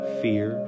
fear